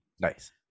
Nice